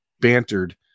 bantered